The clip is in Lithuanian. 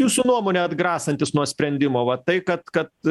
jūsų nuomone atgrasantis nuo sprendimo va tai kad kad